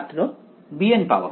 ছাত্র bn পাওয়া